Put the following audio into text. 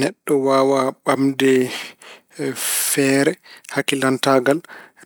Neɗɗo waawaa bamɗe feere hakillantaagal